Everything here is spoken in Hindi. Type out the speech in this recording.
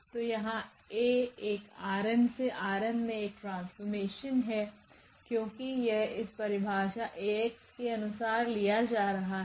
तो यहाँ A एक ℝ𝑛सेℝ𝑚 मे एक ट्रांसफॉर्मेशन है क्योकि यह इस परिभाषा Ax के अनुसार लिया जा रहा है